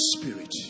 spirit